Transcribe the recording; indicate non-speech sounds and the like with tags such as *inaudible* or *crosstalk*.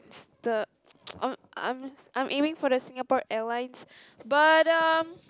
*noise* the *noise* I'm I'm I'm aiming for the Singapore-Airlines but um